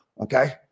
Okay